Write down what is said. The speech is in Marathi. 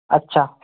अच्छा